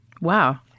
Wow